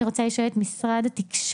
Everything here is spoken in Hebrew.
אני רוצה לשאול את משרד התקשורת,